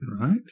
right